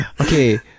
Okay